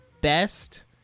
best